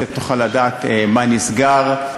אתה תוכל לדעת מה נסגר,